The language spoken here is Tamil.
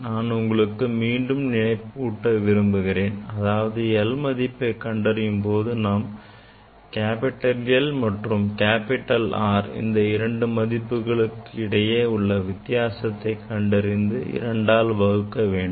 நான் உங்களுக்கு மீண்டும் நினைவூட்ட விரும்புகிறேன் அதாவது l மதிப்பை கண்டறியும் போது நாம் capital L மற்றும் capital R இந்த இரண்டு மதிப்பு களுக்கு இடையே உள்ள வித்தியாசத்தை கண்டறிந்து இரண்டால் வகுக்க வேண்டும்